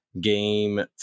game